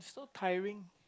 so tiring